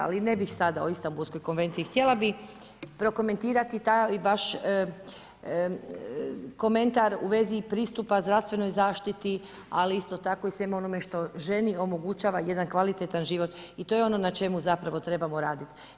Ali ne bih sada o Istanbulskoj konvenciji, htjela bih prokomentirati taj vaš komentar u vezi pristupa zdravstvenoj zaštiti, ali isto tako i svemu onome što ženi omogućava jedan kvalitetan život i to je ono na čemu trebamo raditi.